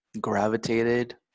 gravitated